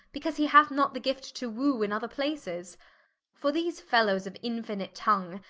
because he hath not the gift to wooe in other places for these fellowes of infinit tongue,